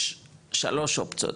יש שלוש אופציות,